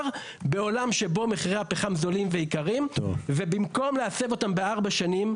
בעולם בו מחירי הפחם זולים ויקרים ובמקום להסב אותם ב-4 שנים,